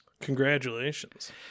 Congratulations